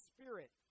Spirit